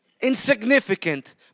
insignificant